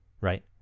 right